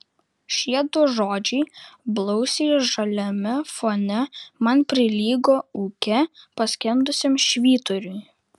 šie du žodžiai blausiai žaliame fone man prilygo ūke paskendusiam švyturiui